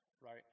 right